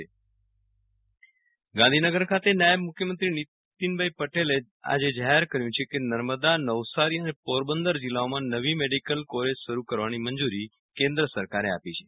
વિરલ રાણા નીતિન પટેલ ગાંધીનગર ખાતે નાયબ મુખ્ય મંત્રી નિતિનભાઈ પટેલે આજે જાહેર કર્યું છે કે નર્મદા નવસારી અને પોરબંદર જિલ્લાઓમાં નવી મેડીકલ કોલેજો શરૂ કરવાની મંજૂરી કેન્દ્ર સરકારે આપી છે